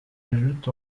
ajoute